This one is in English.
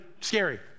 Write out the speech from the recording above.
scary